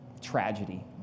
tragedy